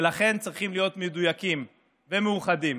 ולכן צריכים להיות מדויקים ומאוחדים